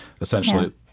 essentially